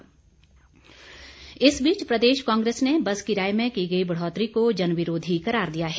आलोचना किराया इस बीच प्रदेश कांग्रेस ने बस किराये में की गई बढ़ौतरी को जनविरोधी करार दिया है